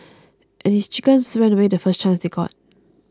and his chickens ran away the first chance they got